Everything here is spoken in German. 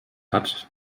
hat